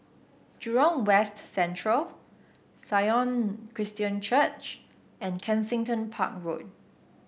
Jurong West Central Sion Christian Church and Kensington Park Road